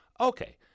Okay